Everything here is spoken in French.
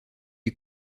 les